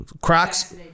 Crocs